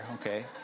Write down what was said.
okay